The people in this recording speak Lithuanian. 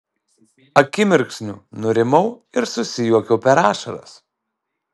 akimirksniu nurimau ir susijuokiau per ašaras